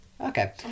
Okay